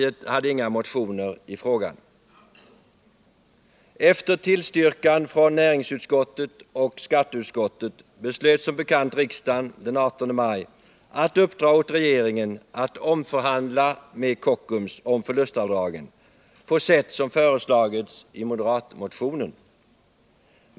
Efter tillstyrkan från näringsutskottet och skatteutskottet beslöt som bekant riksdagen den 18 maj att uppdra åt regeringen att omförhandla med Kockums om förlustavdragen på sätt som föreslagits i moderatmotionen.